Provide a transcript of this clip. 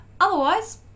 otherwise